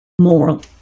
moral